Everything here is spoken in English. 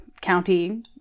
County